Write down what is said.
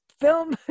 film